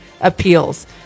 Appeals